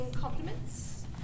compliments